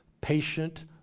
patient